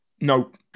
Nope